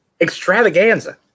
extravaganza